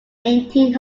eighteen